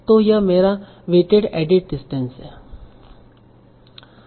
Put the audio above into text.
तो यह मेरा वेइटेड एडिट डिस्टेंस है